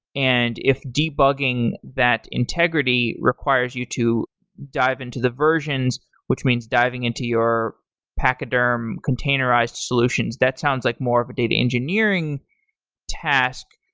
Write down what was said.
and if debugging that integrity requires you to dive into the versions, which means diving into your pachyderm containerized solutions, that sounds like more of a data engineering task.